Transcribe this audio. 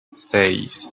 seis